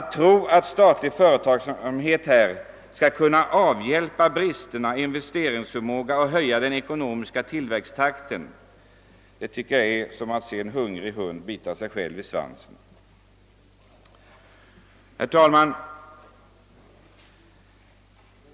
Tron att statlig företagsamhet skall kunna avhjälpa bristerna i investeringsförmåga och höja den ekonomiska tillväxttakten är för mig som att se en hungrig hund bita sig själv i svansen. Herr talman!